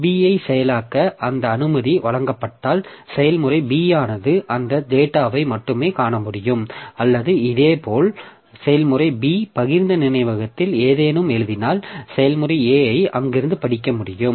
B ஐ செயலாக்க அந்த அனுமதி வழங்கப்பட்டால் செயல்முறை B ஆனது அந்தத் டேட்டாவை மட்டுமே காண முடியும் அல்லது இதேபோல் செயல்முறை B பகிர்ந்த நினைவகத்தில் ஏதேனும் எழுதினால் செயல்முறை A ஐ அங்கிருந்து படிக்க முடியும்